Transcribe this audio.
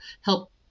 help